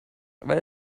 weil